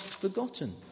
forgotten